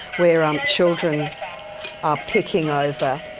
where um children are picking over